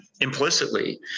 implicitly